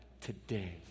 today